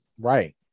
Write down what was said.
right